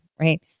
Right